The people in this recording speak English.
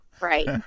Right